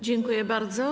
Dziękuję bardzo.